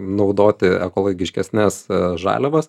naudoti ekologiškesnes žaliavas